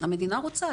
המדינה רוצה.